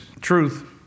truth